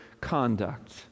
conduct